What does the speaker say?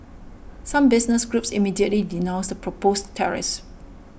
some business groups immediately denounced the proposed tariffs